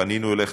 פנינו אליך,